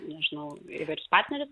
nežinau įvairius partnerius